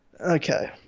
okay